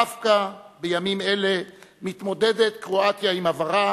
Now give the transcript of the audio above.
דווקא בימים אלה מתמודדת קרואטיה עם עברה